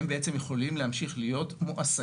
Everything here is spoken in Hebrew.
תתחברו לעניין הזה,